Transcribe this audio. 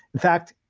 in fact,